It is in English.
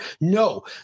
No